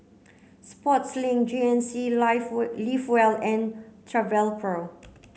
Sportslink G N C life we live well and Travelpro